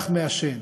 אקדח מעשן.